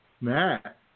Matt